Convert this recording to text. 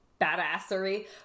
badassery